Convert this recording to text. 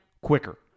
quicker